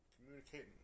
communicating